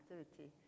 activity